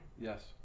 yes